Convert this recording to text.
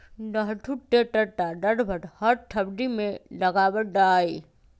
लहसुन के तड़का लगभग हर सब्जी में लगावल जाहई